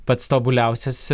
pats tobuliausias